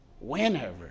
whenever